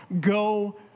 go